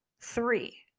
three